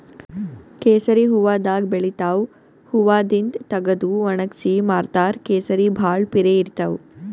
ಕೇಸರಿ ಹೂವಾದಾಗ್ ಬೆಳಿತಾವ್ ಹೂವಾದಿಂದ್ ತಗದು ವಣಗ್ಸಿ ಮಾರ್ತಾರ್ ಕೇಸರಿ ಭಾಳ್ ಪಿರೆ ಇರ್ತವ್